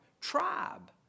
tribe